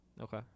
Okay